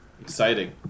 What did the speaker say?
Exciting